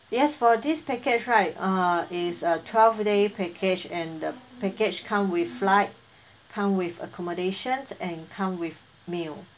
yes for this package right uh is a twelve day package and the package come with flight come with accommodations and come with meal